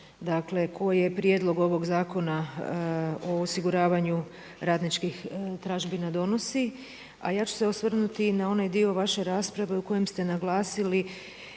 dakle koje prijedlog ovog Zakona o osiguravanju radničkih tražbina donosi a ja ću se osvrnuti i na onaj dio vaše rasprave u kojem ste naglasili